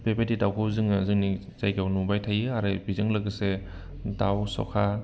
बेबायदि दाउखौ जोङो जोंनि जायगायाव नुबाय थायो आरो बेजों लोगोसे दाउ सखा